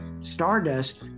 Stardust